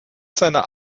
seiner